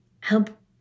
help